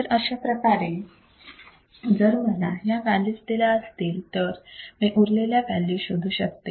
तर अशाप्रकारे जर मला या व्हॅल्यूज दिल्या असतील तर मी उरलेल्या व्हॅल्यू शोधू शकते